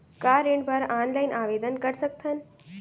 का ऋण बर ऑनलाइन आवेदन कर सकथन?